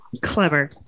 Clever